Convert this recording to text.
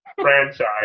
Franchise